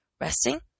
Resting